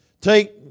Take